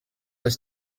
oes